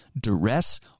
duress